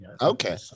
Okay